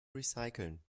recyceln